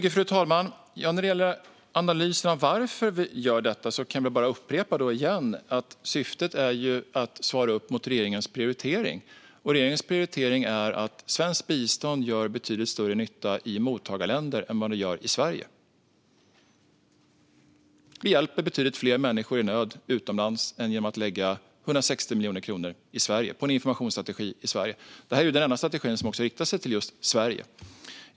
Fru talman! När det gäller analysen av varför vi gör detta kan jag bara upprepa att syftet är att svara upp mot regeringens prioritering. Regeringen utgår från att svenskt bistånd gör betydligt större nytta i mottagarländer än vad det gör i Sverige. Vi hjälper betydligt fler människor i nöd om vi använder pengarna utomlands än om vi lägger 160 miljoner kronor på en informationsstrategi i Sverige. Det här är den enda strategi i den delen som riktar sig till just Sverige.